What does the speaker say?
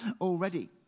already